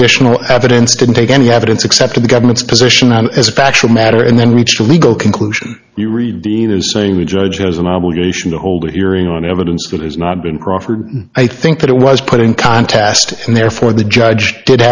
additional evidence didn't take any evidence accepted the government's position as a factual matter and then reached a legal conclusion you read either saying the judge has an obligation to hold a hearing on evidence that has not been proffered i think that it was put in contest and therefore the judge did